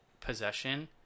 possession